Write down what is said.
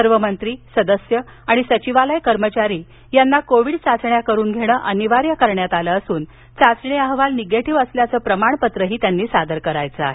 सर्व मंत्री सदस्य आणि सचिवालय कर्मचारी यांना कोविड चाचण्या करुन घेणे अनिवार्य असून चाचणी अहवाल निगेटीव असल्याचे प्रमाणपत्र त्यांनी सादर करायचे आहे